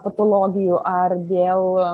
patologijų ar dėl